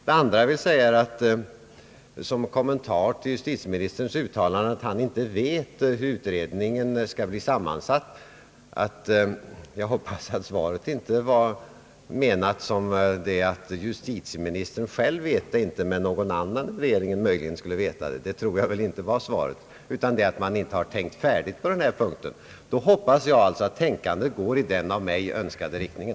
Vidare vill jag som kommentar till justitieministerns uttalande, att han inte vet hur utredningen skall bli sammansatt, förklara att jag hoppas att svaret inte innebär att justitieministern ville säga att han själv inte vet det men att någon annan i regeringen möjligen skulle veta det. Jag tror ändå inte att svaret var menat så, utan att justitieministern ville säga att man ännu inte har tänkt färdigt på denna punkt. Jag hoppas då att tänkandet går i den av mig önskade riktningen.